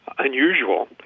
unusual